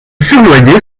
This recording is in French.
surloyer